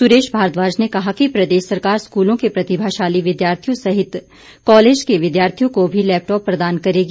सुरेश भारद्वाज ने कहा कि प्रदेश सरकार स्कूलों के प्रतिभाशाली विद्यार्थियों सहित कॉलेज के विद्यार्थियों को भी लैपटॉप प्रदान करेगी